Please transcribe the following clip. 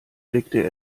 blickte